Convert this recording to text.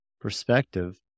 perspective